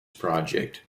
project